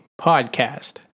podcast